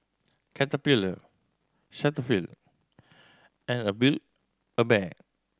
Caterpillar Cetaphil and a Build A Bear